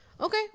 Okay